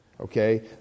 Okay